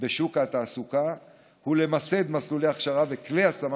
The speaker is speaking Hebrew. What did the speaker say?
בשוק התעסוקה ולמסד מסלולי הכשרה וכלי השמה